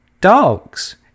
dogs